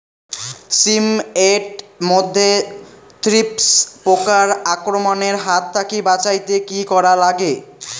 শিম এট মধ্যে থ্রিপ্স পোকার আক্রমণের হাত থাকি বাঁচাইতে কি করা লাগে?